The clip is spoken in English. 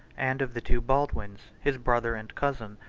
and of the two baldwins, his brother and cousin,